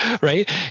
right